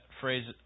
phrase